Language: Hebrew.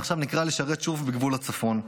ועכשיו נקרא לשרת שוב בגבול הצפון.